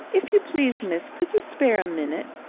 if you please, miss, could you spare a minute?